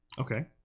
Okay